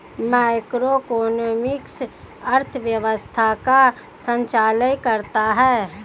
macroeconomics अर्थव्यवस्था का संचालन करता है